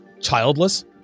childless